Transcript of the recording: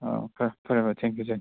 ꯑꯥ ꯐꯔꯦ ꯐꯔꯦ ꯐꯔꯦ ꯊꯦꯡꯛ ꯌꯨ ꯊꯦꯡꯛ ꯌꯨ